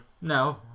no